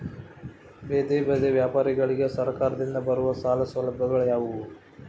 ಬೇದಿ ಬದಿ ವ್ಯಾಪಾರಗಳಿಗೆ ಸರಕಾರದಿಂದ ಬರುವ ಸಾಲ ಸೌಲಭ್ಯಗಳು ಯಾವುವು?